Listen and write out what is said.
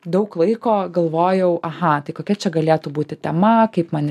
daug laiko galvojau aha tai kokia čia galėtų būti tema kaip man